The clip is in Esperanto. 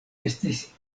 estis